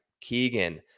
keegan